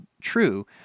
true